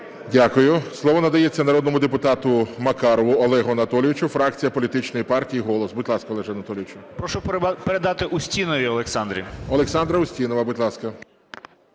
Дякую. Слово надається народному депутату Макарову Олегу Анатолійовичу фракція політичної партії "Голос". Будь ласка, Олеже Анатолійовичу. 11:04:29 МАКАРОВ О.А. Прошу передати Устіновій Олександрі. ГОЛОВУЮЧИЙ. Олександра Устінова, будь ласка.